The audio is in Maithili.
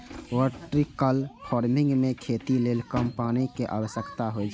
वर्टिकल फार्मिंग मे खेती लेल कम पानि के आवश्यकता होइ छै